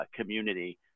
community